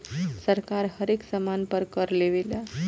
सरकार हरेक सामान पर कर लेवेला